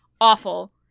awful